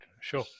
Sure